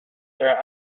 are